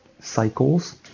cycles